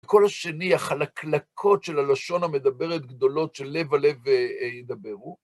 כל השני החלקלקות של הלשון המדברת גדולות של לב ולב ידברו.